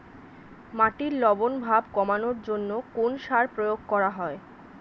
মাটির লবণ ভাব কমানোর জন্য কোন সার প্রয়োগ করা হয়?